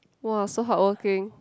!wah! so hardworking